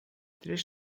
três